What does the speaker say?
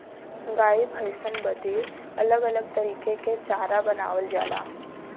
गाय भैसन बदे अलग अलग तरीके के चारा बनावल जाला